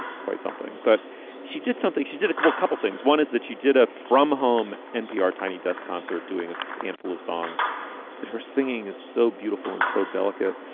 and quite something. but she did something. she did a couple couple things. one is that she did a from home npr tiny desk concert, doing a handful of songs to her. singing is so beautiful and so delicate.